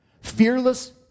fearless